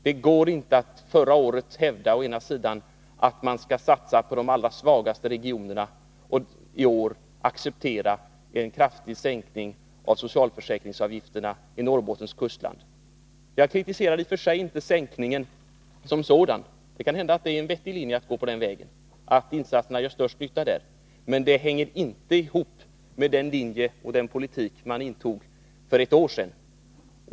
Det går inte att göra som ni gjort. Förra året hävdade ni att man skall satsa på de allra svagaste regionerna, och i år accepterar ni en kraftig sänkning av socialförsäkringsavgifterna i Norrbottens kustland. Jag kritiserar inte sänkningen som sådan. Det kan hända att det är en vettig väg att gå och att insatserna på detta sätt kommer att göra den största nyttan. Men det stämmer inte överens med den politik ni företrädde för ett år sedan.